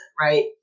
Right